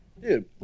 Dude